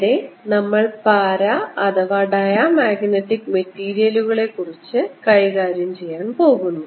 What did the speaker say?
ഇവിടെ നമ്മൾ പാരാ അഥവാ ഡയാമാഗ്നറ്റിക് മെറ്റീരിയലുകളെ കുറിച്ച് കൈകാര്യം ചെയ്യാൻ പോകുന്നു